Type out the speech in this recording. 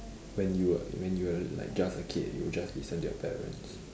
when you were when you were like just a kid you just listen to your parents